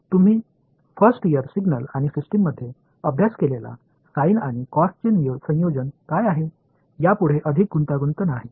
तुम्ही first year signal आणि सिस्टीममध्ये अभ्यास केलेला साइन आणि कॉसचे संयोजन काय आहे यापुढे अधिक गुंतागुंत नाही